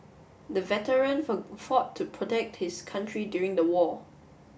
the veteran fought to protect his country during the war